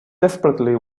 desperately